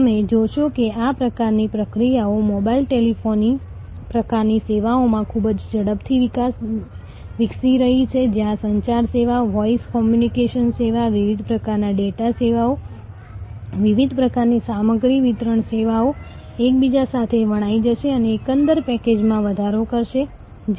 તમે જોશો કે અમે કેટલાક નાના કિસ્સાઓ આપ્યા છે જ્યાંથી તમે જોઈ શકો છો કે જ્યારે અમે મૂલ્ય બનાવીએ છીએ ત્યારે અમે સામાજિક લાભ દ્વારા આ મૂલ્યને વિવિધ મિકેનિઝમમાં બનાવી શકીએ છીએ જ્યાં તમે જાણો છો કે પરસ્પર માન્યતા છે